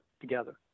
together